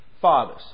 fathers